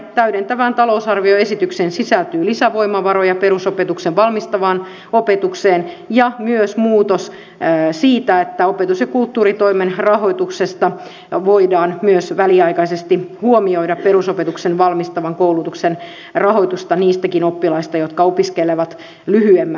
täydentävään talousarvioesitykseen sisältyy lisävoimavaroja perusopetukseen valmistavaan opetukseen ja myös muutos että opetus ja kulttuuritoimen rahoituksessa voidaan myös väliaikaisesti huomioida perusopetukseen valmistavan koulutuksen rahoitusta niistäkin oppilaista jotka opiskelevat lyhyemmän aikaa